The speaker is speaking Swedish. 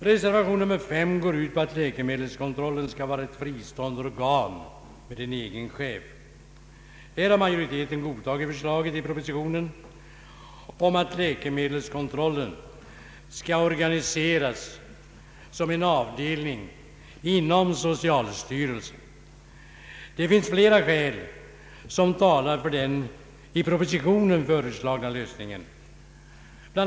Reservation 5 går ut på att läkemedelskontrollen skall vara ett fristående organ med en egen chef. Här har majoriteten godtagit förslaget i propositionen om att läkemedelskontrollen skall organiseras som en avdelning inom socialstyrelsen. Det finns flera skäl som talar för den i propositionen föreslagna lösningen. Bl.